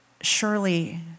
surely